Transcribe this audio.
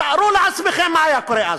תארו לעצמכם מה היה קורה אז.